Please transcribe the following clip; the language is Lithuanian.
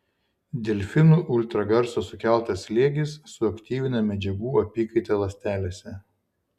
delfinų ultragarso sukeltas slėgis suaktyvina medžiagų apykaitą ląstelėse